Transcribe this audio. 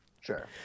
Sure